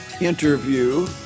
interview